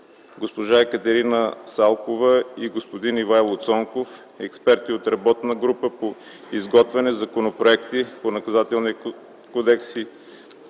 госпожа Екатерина Салкова и господин Ивайло Цонков – експерти от работната група по изготвянето на законопроектите по Наказателния кодекс